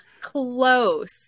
close